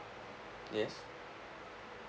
yes